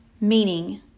Meaning